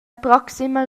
proxima